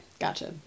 gotcha